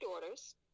daughters